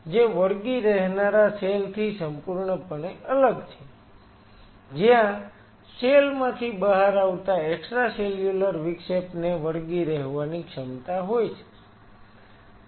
જે વળગી રહેનારા સેલ થી સંપૂર્ણપણે અલગ છે જ્યાં સેલ માંથી બહાર આવતા એક્સ્ટ્રાસેલ્યુલર વિક્ષેપને વળગી રહેવાની ક્ષમતા હોય છે